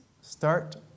start